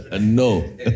No